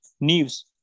news